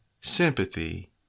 sympathy